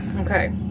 Okay